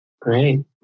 Great